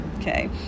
okay